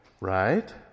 right